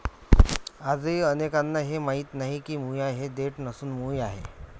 आजही अनेकांना हे माहीत नाही की मुळा ही देठ नसून मूळ आहे